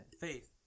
Faith